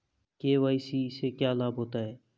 KYC से क्या लाभ होता है?